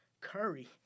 Curry